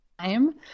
time